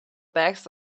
backs